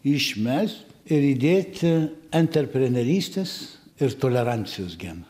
išmest ir įdėti anterprenerystės ir tolerancijos geną